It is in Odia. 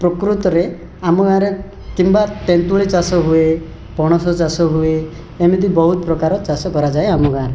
ପ୍ରକୃତରେ ଆମ ଗାଆଁରେ କିମ୍ବା ତେନ୍ତୁଳି ଚାଷ ହୁଏ ପଣସ ଚାଷ ହୁଏ ଏମିତି ବହୁତ ପ୍ରକାର ଚାଷ କରାଯାଏ ଆମ ଗାଁରେ